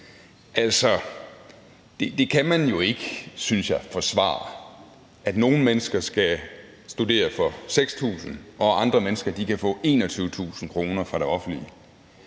ikke, man kan forsvare, at nogle mennesker skal studere for 6.000 kr., og andre mennesker kan få 21.000 kr. fra det offentlige.